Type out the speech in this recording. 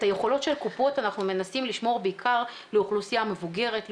את היכולות של הקופות אנחנו מנסים לשמור בעיקר לאוכלוסייה מבוגרת,